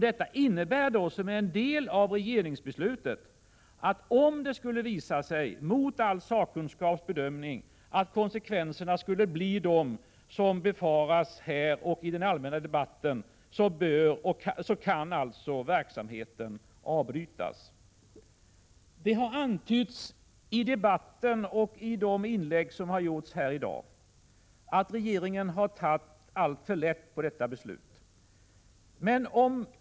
Detta innebär — som en del av regeringsbeslutet — att om det skulle visa sig, mot all sakkunskaps bedömning, att konsekvenserna blir de som befaras här och i den allmänna debatten kan verksamheten avbrytas. Det har antytts i debatten och i de inlägg som gjorts här i dag att regeringen har tagit alltför lätt på detta beslut.